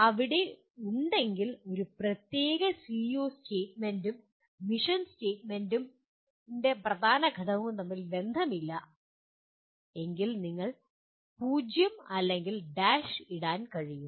അവിടെ ഉണ്ടെങ്കിൽ ഒരു പ്രത്യേക PEO സ്റ്റേറ്റ്മെന്റും മിഷൻ സ്റ്റേറ്റ്മെന്റിന്റെ പ്രധാന ഘടകവും തമ്മിൽ ബന്ധമില്ല എങ്കിൽ നിങ്ങൾക്ക് 0 അല്ലെങ്കിൽ ഡാഷ് ഇടാൻ കഴിയും